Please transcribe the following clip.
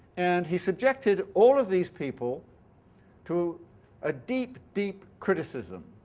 and he subjected all of these people to a deep, deep criticism,